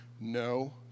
no